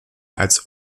als